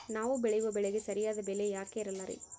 ನಾವು ಬೆಳೆಯುವ ಬೆಳೆಗೆ ಸರಿಯಾದ ಬೆಲೆ ಯಾಕೆ ಇರಲ್ಲಾರಿ?